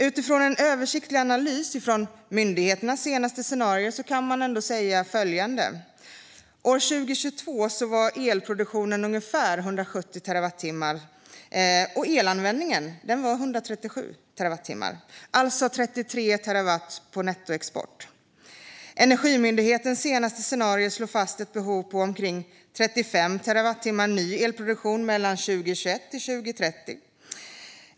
Utifrån en översiktlig analys av myndigheternas senaste scenarier kan man säga följande: År 2022 var elproduktionen ungefär 170 terawattimmar, och elanvändningen var 137 terawattimmar. Nettoexporten var alltså 33 terawattimmar. Energimyndighetens senaste scenarier slår fast ett behov på omkring 35 terawattimmar ny elproduktion mellan 2021 och 2030.